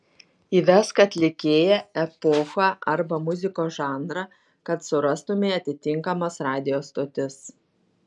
įvesk atlikėją epochą arba muzikos žanrą kad surastumei atitinkamas radijo stotis